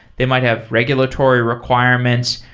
they might have regulatory requirements,